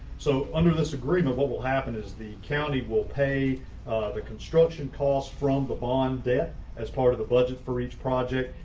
so under this agreement, what will happen is the county will pay the construction costs from the bond debt as part of the budget for each project,